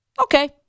Okay